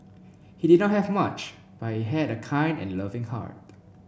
he did not have much but he had a kind and loving heart